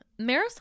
Marisol